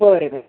बरें